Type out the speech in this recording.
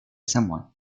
somewhat